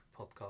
podcast